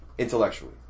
Intellectually